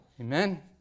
Amen